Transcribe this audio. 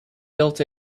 built